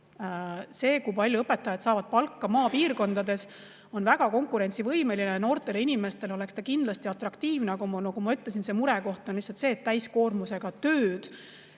See palk, mida õpetajad saavad maapiirkondades, on väga konkurentsivõimeline. Noortele inimestele oleks see kindlasti atraktiivne. Aga nagu ma ütlesin, murekoht on lihtsalt see täiskoormusega töö.